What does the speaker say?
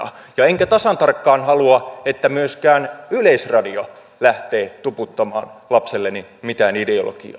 enkä tasan tarkkaan halua että myöskään yleisradio lähtee tuputtamaan lapselleni mitään ideologiaa